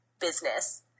business